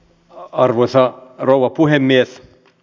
arvoisa rouva puhemies